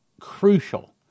crucial